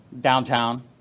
Downtown